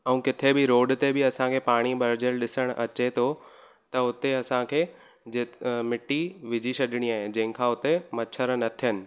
ऐं किथे बि रोड ते बि असांखे पाणी भरिजियल ॾिसणु अचे थो त हुते असांखे जेत अ मिटी विझी छॾिणी आहे जंहिंखां हुते मछर न थियनि